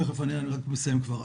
תכף אני אענה, אני רק מסיים כבר.